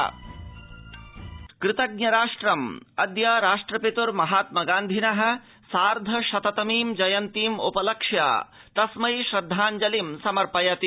गान्धी जयन्ती कृतज्ञराष्ट्रृं राष्ट्रपितुर्महात्मगान्धिनः सार्धशततमीं जयन्तीम् उपलक्ष्य तस्मै श्रद्धाव्जलि समर्पयति